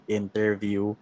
interview